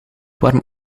warm